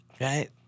right